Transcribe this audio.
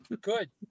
Good